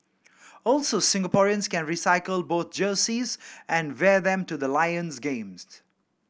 also Singaporeans can recycle both jerseys and wear them to the Lions games